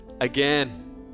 again